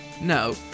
No